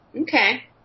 Okay